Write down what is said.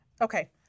okay